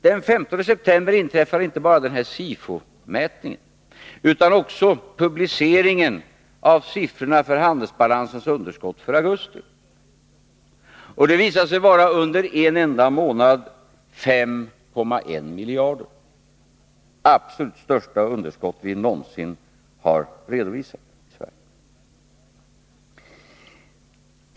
Den 15 september inträffade inte bara den här SIFO-mätningen, utan också publiceringen av siffrorna för handelsbalansens underskott för augusti. Det visade sig vara för en enda månad 5,1 miljarder kronor — absolut det största underskott vi någonsin har redovisat.